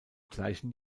gleichen